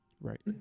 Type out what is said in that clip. Right